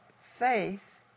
faith